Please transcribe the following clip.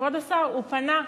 כבוד השר, הוא פנה.